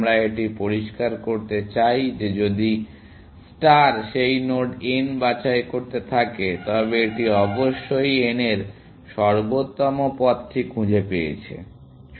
আমরা এটি পরিষ্কার করতে চাই যে যদি একটি ষ্টার সেই নোড n বাছাই করতে থাকে তবে এটি অবশ্যই n এর সর্বোত্তম পথটি খুঁজে পেয়েছে